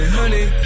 honey